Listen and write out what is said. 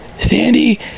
Sandy